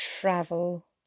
travel